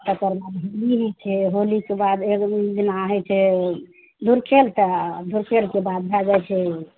तकर बाद होली हइ छै होलीके बाद एक दिना हइ छै धुरखेल तऽ धुरखेलके बाद भए जाइ छै